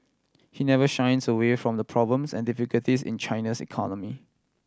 he never shies away from the problems and difficulties in China's economy